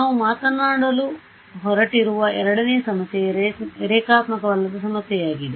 ನಾವು ಮಾತನಾಡಲು ಹೊರಟಿರುವ ಎರಡನೇ ಸಮಸ್ಯೆ ರೇಖಾತ್ಮಕವಲ್ಲದ ಸಮಸ್ಯೆಯಾಗಿದೆ